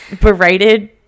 berated